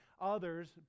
others